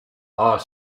are